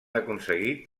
aconseguit